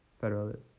Federalists